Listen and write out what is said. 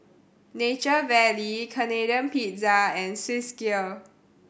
Nature Valley Canadian Pizza and Swissgear